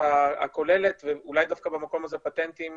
הכוללת ואולי דווקא במקום הזה פטנטים